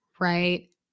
right